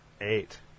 eight